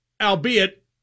albeit